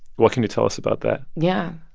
what can you tell us about that? yeah.